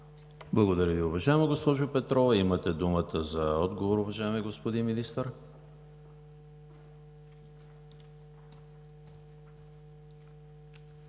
Благодаря Ви, уважаема госпожо Петрова. Имате думата за отговор, уважаеми господин Министър.